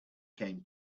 came